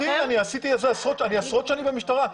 אני עשרות שנים במשטרה.